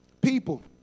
people